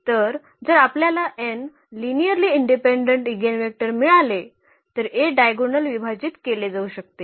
तर जर आपल्याला n लिनिअर्ली इंडिपेंडेंट ईगेनवेक्टर मिळाले तर A डायगोनल विभाजित केले जाऊ शकते